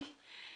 אדוני.